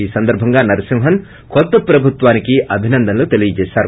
ఈ సందర్భంగా నరసింహన్ కొత్త ప్రభుత్వానికి అభినందనలు తెలియజేసారు